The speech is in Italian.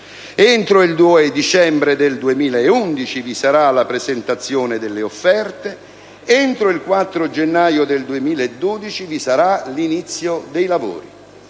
Entro il 2 dicembre 2011 vi sarà la presentazione delle offerte; entro il 4 gennaio 2012 vi sarà l'inizio dei lavori.